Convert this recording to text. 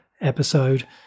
episode